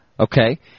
Okay